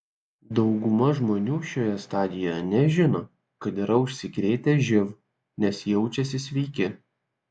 dauguma žmonių šioje stadijoje nežino kad yra užsikrėtę živ nes jaučiasi sveiki